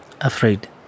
afraid